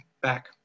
back